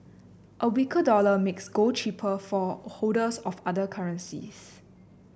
a weaker dollar makes gold cheaper for holders of other currencies